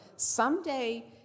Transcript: someday